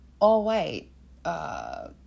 all-white